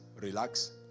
relax